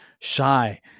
shy